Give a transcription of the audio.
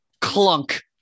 clunk